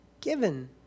given